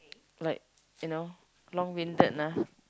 like you know long winded ah